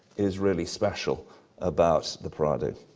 is really special about the prado?